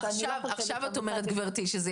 אז כבר הנציגים של המשרד לשוויון חברתי ומשרד הכלכלה,